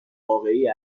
واقعی